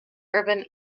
urban